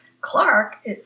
Clark